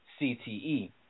CTE